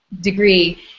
degree